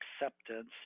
acceptance